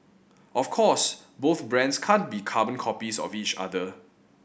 of course both brands can't be carbon copies of each other